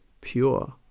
pure